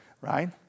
right